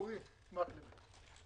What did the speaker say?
אורי מקלב.